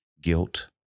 guilt